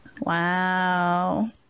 Wow